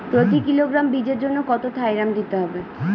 প্রতি কিলোগ্রাম বীজের জন্য কত থাইরাম দিতে হবে?